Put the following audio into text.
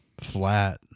flat